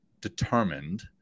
determined